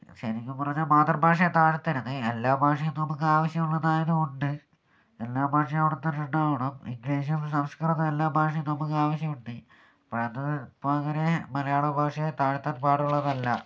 ശരിക്കും പറഞ്ഞാൽ മാതൃഭാഷയെ താഴ്ത്തരുത് എല്ലാ ഭാഷയും നമുക്ക് ആവശ്യമുള്ളതായതുകൊണ്ട് എല്ലാ ഭാഷയും അവിടെത്തന്നെ ഉണ്ടാവണം ഇംഗ്ലീഷ് സംസ്കൃതം എല്ലാ ഭാഷയും നമുക്ക് ആവശ്യമുണ്ട് അപ്പോഴത് അപ്പോൾ അങ്ങനെ മലയാള ഭാഷയെ താഴ്ത്താൻ പാടുള്ളതല്ല